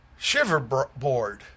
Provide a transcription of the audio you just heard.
Shiverboard